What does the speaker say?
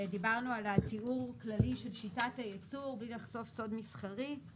דיברנו על התיאור הכללי של שיטת הייצור בלי לחשוף סוד מסחרי.